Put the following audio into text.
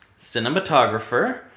cinematographer